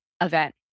event